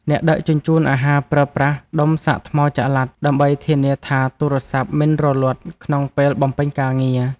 អ្នកដឹកជញ្ជូនអាហារប្រើប្រាស់ដុំសាកថ្មចល័ត ដើម្បីធានាថាទូរសព្ទមិនរលត់ក្នុងពេលបំពេញការងារ។